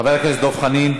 חבר הכנסת דב חנין,